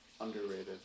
underrated